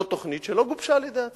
זאת תוכנית שלא גובשה על-ידי הצבא.